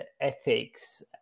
ethics